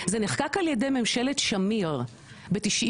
זה נחקק על ידי ממשלת שמיר ב- 1992,